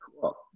Cool